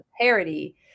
parody